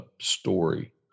story